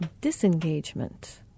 disengagement